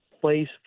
place